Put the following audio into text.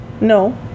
No